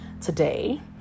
today